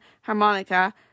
harmonica